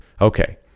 Okay